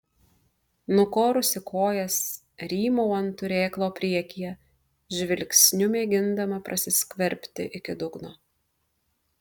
nukorusi kojas rymau ant turėklo priekyje žvilgsniu mėgindama prasiskverbti iki dugno